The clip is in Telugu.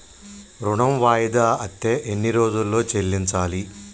ఋణం వాయిదా అత్తే ఎన్ని రోజుల్లో చెల్లించాలి?